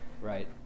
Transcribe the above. Right